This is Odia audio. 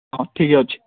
ହଁ ଠିକ ଅଛି